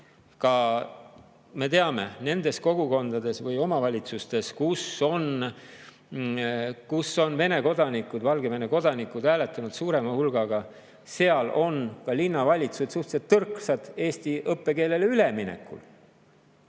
Me teame, et nendes kogukondades või omavalitsustes, kus Vene kodanikud ja Valgevene kodanikud hääletavad suurema hulgaga, on ka linnavalitsused suhteliselt tõrksad eesti õppekeelele üleminekul.